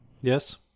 Yes